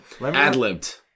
Ad-libbed